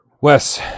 Wes